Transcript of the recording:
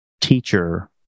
teacher